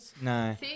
No